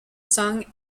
song